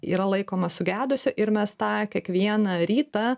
yra laikomas sugedusiu ir mes tą kiekvieną rytą